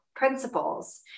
principles